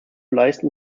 leisten